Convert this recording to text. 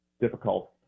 difficult